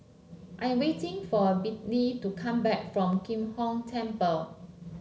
I am waiting for Bettye to come back from Kim Hong Temple